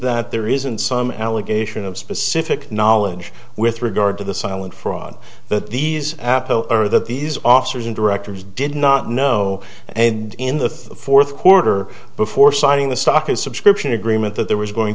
that there isn't some allegation of specific knowledge with regard to the silent fraud that these are that these officers and directors did not know and in the fourth quarter before signing the stock a subscription agreement that there was going